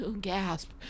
gasp